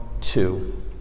two